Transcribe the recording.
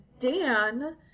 dan